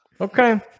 Okay